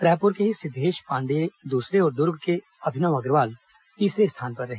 रायपुर के ही सिद्वेश पांडेय दूसरे और दुर्ग के अभिनव अग्रवाल तीसरे स्थान पर रहे